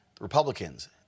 Republicans